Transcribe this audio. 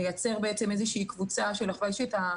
לייצר בעצם איזושהי קבוצה שהצוות